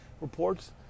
reports